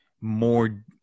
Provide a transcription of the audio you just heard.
more